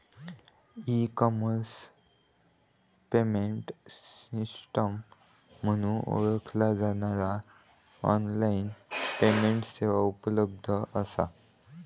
E commerce payment system म्हणून ओळखला जाणारा ऑनलाइन पेमेंट सेवा उपलब्ध असा